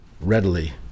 readily